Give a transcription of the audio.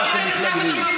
לְמה אתם מתנגדים?